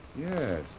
Yes